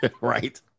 right